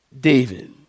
David